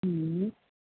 હં